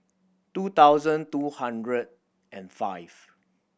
two thousand two hundred and five